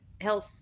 health